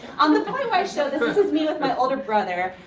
on the kind of ah so this this is me with my older brother.